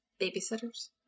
babysitters